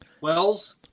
Wells